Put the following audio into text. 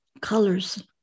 colors